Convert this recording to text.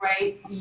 Right